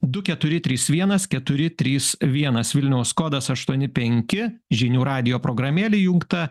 du keturi trys vienas keturi trys vienas vilniaus kodas aštuoni penki žinių radijo programėlė įjungta